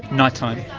nighttime,